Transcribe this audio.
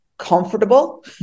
Comfortable